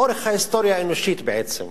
לאורך ההיסטוריה האנושית, בעצם,